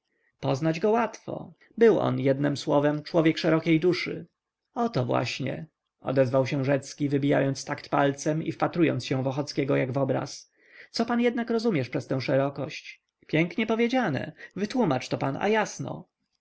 poznać go łatwo był to jednem słowem człowiek szerokiej duszy oto właśnie odezwał się rzecki wybijając takt palcem i wpatrując się w ochockiego jak w obraz co pan jednak rozumiesz przez tę szerokość pięknie powiedziane wytłomacz to pan a jasno